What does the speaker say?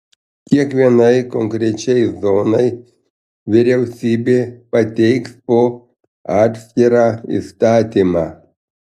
kiekvienai konkrečiai zonai vyriausybė pateiks po atskirą įstatymą